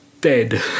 dead